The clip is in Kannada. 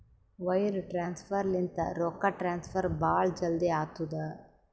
ವೈರ್ ಟ್ರಾನ್ಸಫರ್ ಲಿಂತ ರೊಕ್ಕಾ ಟ್ರಾನ್ಸಫರ್ ಭಾಳ್ ಜಲ್ದಿ ಆತ್ತುದ